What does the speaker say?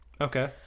Okay